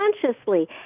consciously